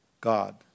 God